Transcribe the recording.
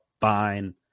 fine